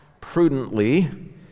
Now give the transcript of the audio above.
prudently